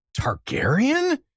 Targaryen